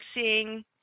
seeing